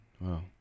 Wow